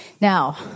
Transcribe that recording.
Now